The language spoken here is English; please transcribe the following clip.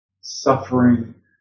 suffering